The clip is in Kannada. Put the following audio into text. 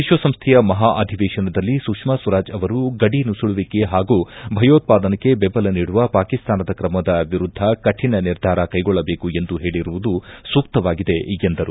ವಿಶ್ವಸಂಸ್ಥೆಯ ಮಹಾ ಅಧಿವೇಶನದಲ್ಲಿ ಸುಷ್ನಾ ಸ್ವರಾಜ್ ಅವರು ಗಡಿ ನುಸುಳುವಿಕೆ ಹಾಗೂ ಭಯೋತ್ವಾದನೆಗೆ ಬೆಂಬಲ ನೀಡುವ ಪಾಕಿಸ್ತಾನದ ಕ್ರಮದ ವಿರುದ್ದ ಕಠಿಣ ನಿರ್ಧಾರ ಕೈಗೊಳ್ಳಬೇಕು ಎಂದು ಹೇಳಿರುವುದು ಸೂಕ್ತವಾಗಿದೆ ಎಂದರು